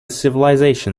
civilization